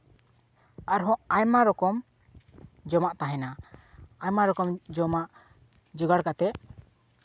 ᱟᱨᱦᱚᱸ ᱟᱭᱢᱟ ᱨᱚᱠᱚᱢ ᱡᱚᱢᱟᱜ ᱛᱟᱦᱮᱱᱟ ᱟᱭᱢᱟ ᱨᱚᱠᱚᱢ ᱡᱚᱢᱟᱜ ᱡᱚᱜᱟᱲ ᱠᱟᱛᱮᱫ